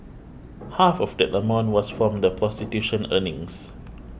half of that amount was from the prostitution earnings